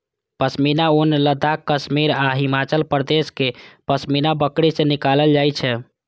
पश्मीना ऊन लद्दाख, कश्मीर आ हिमाचल प्रदेशक पश्मीना बकरी सं निकालल जाइ छै